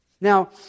Now